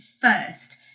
first